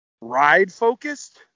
ride-focused